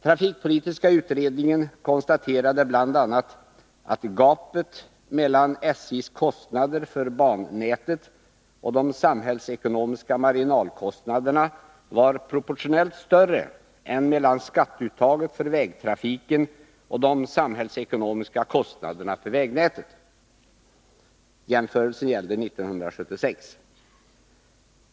Trafikpolitiska utredningen konstaterade bl.a. att gapet mellan SJ:s kostnader för bannätet och de samhällsekonomiska marginalkostnaderna var proportionellt större än mellan skatteuttaget för vägtrafiken och de samhällsekonomiska kostnaderna för vägnätet. Jämförelsen gällde 1976.